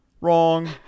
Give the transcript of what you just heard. Wrong